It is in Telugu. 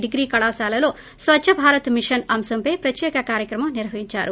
డిగ్రీ కళాశాలలో స్వచ్చ భారత్ మిషన్ అంశంపై ప్రత్యేక కార్యక్రమం నిర్వహించారు